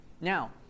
Now